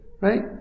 right